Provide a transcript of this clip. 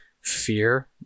fear